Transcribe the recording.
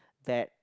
that